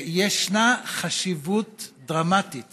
ישנה חשיבות דרמטית